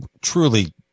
truly